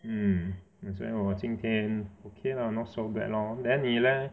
mm that's why 我今天 okay lah not so bad lor then 你 leh